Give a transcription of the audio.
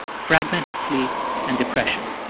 fragmented sleep and depression.